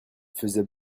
faisait